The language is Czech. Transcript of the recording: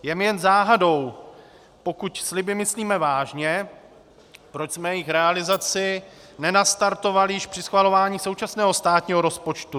Je mi jen záhadou, pokud sliby myslíme vážně, proč jsme jejich realizaci nenastartovali již při schvalování současného státního rozpočtu.